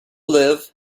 live